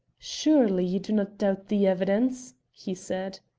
surely you do not doubt the evidence? he said.